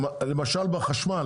למשל בחשמל,